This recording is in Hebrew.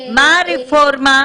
מה הרפורמה?